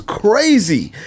crazy